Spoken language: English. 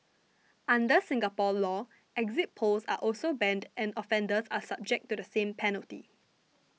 under Singapore law exit polls are also banned and offenders are subject to the same penalty